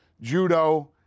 judo